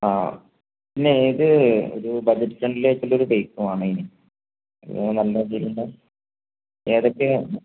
ആ പിന്നെ എനിക്ക് ഒരു ബഡ്ജറ്റ് ഫ്രണ്ട്ലി ആയിട്ടുള്ളൊരു ബൈക്ക് വേണമായിരുന്നു നല്ല രീതിയിൽ ഉള്ളത് ഏതൊക്കെ ആണ്